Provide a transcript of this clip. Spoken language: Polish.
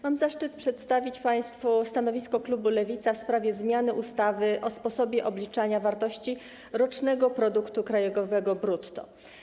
Mam zaszczyt przedstawić państwu stanowisko klubu Lewica w sprawie zmiany ustawy o sposobie obliczania wartości rocznego produktu krajowego brutto.